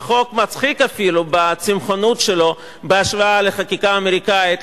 חוק מצחיק אפילו ב"צמחונות" שלו בהשוואה לחקיקה אמריקנית,